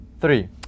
three